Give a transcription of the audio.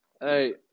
Hey